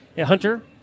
Hunter